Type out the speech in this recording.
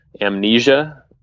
amnesia